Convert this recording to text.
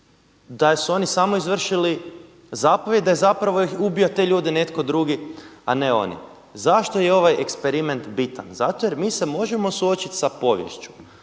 da su oni samo izvršili zapovijed, da je zapravo ubio te ljude netko drugi a ne oni. Zašto je ovaj eksperiment bitan? Zato jer mi se možemo suočiti sa poviješću,